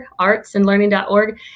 artsandlearning.org